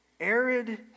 arid